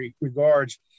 regards